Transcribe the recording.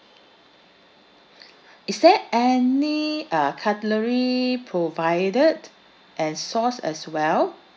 is there any uh cutlery provided and sauce as well